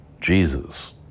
Jesus